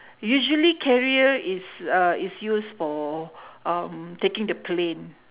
usually carrier is uh is used for um taking the plane